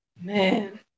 Man